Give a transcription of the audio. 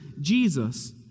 Jesus